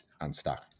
unstuck